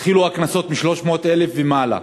התחילו קנסות מ-300,000 ומעלה.